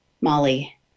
Molly